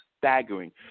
staggering